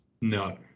no